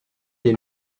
est